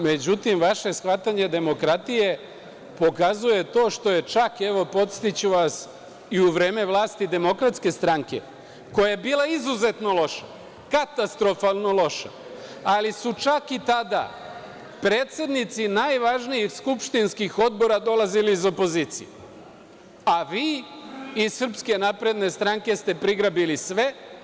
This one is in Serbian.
Međutim, vaše shvatanje demokratije pokazuje to što je čak, evo, podsetiću vas, i u vreme vlasti DS koja je bila izuzetno loša, katastrofalno loša, ali su čak i tada predsednici najvažnijih skupštinskih odbora dolazili iz opozicije, a vi iz SNS ste prigrabili sve.